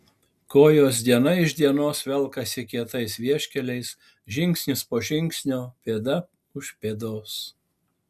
kojos diena iš dienos velkasi kietais vieškeliais žingsnis po žingsnio pėda už pėdos